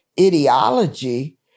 ideology